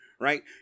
Right